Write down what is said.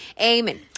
Amen